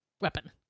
weapon